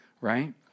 right